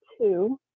two